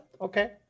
okay